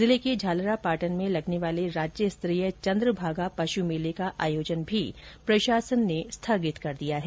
जिले के झालरा पाटन में लगने वाले राज्य स्तरीय चन्द्रभागा पशु मेले का आयोजन भी प्रशासन ने स्थगित कर दिया है